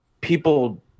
people